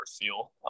feel